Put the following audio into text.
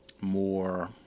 more